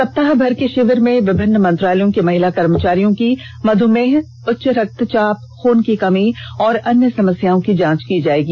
सप्ताहभर के शिविर में विभिन्न मंत्रालयों की महिला कर्मचारियों की मधुमेह उच्च रक्तचाप खून की कमी और अन्य समस्याओं की जांच की जायेगी